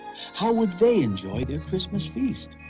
how would they enjoy their christmas feast?